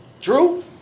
True